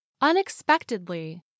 unexpectedly